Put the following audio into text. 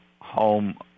home